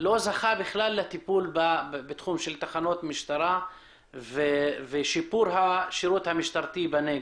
לא זכה בכלל לטיפול בתחום של תחנות משטרה ושיפור השירות המשטרתי בנגב.